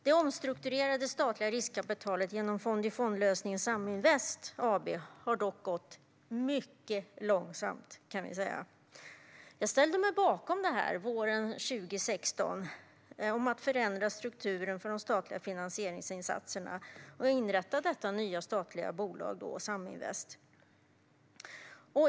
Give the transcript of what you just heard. Det omstrukturerade statliga riskkapitalet genom fond-i-fond-lösningen Saminvest AB har dock gått mycket långsamt. Våren 2016 ställde jag mig bakom att förändra strukturen för de statliga finansieringsinsatserna och inrätta detta nya statliga bolag, Saminvest.